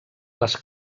les